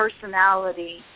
personality